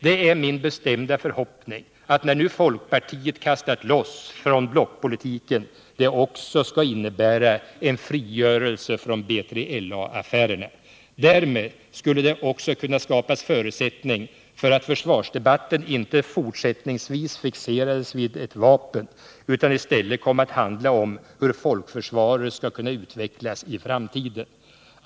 Det är min bestämda förhoppning att när nu folkpartiet kastat loss från blockpolitiken detta också skall innebära en frigörelse från B3LA-affärerna. Därmed skulle det också kunna skapas förutsättningar för att försvarsdebatten inte fortsättningsvis fixeras vid ett vapen utan i stället kommer att handla om hur folkförsvaret skall kunna utvecklas i framtiden.